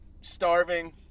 starving